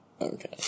Okay